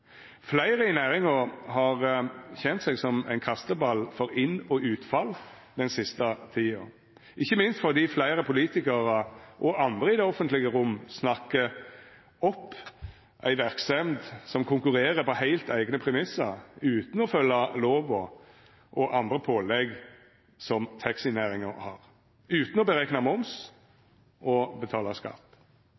Fleire i næringa har kjent seg som ein kasteball for inn- og utfall den siste tida, ikkje minst fordi fleire politikarar og andre i det offentlege rom snakkar opp ei verksemd som konkurrerer på heilt eigne premissar, utan å følgja lova og andre pålegg som taxinæringa har, og utan å berekna moms